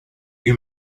you